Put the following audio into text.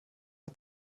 hat